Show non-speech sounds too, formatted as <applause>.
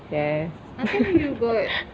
ya <noise>